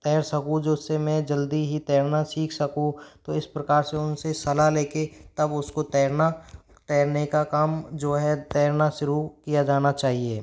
तैर सकूँ जिस से मैं जल्दी ही तैरना सीख सकूँ तो इस प्रकार से उन से सलाह ले कर तब उसको तैरना तैरने का काम जो है तैरना शुरू किया जाना चाहिए